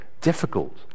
difficult